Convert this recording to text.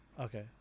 Okay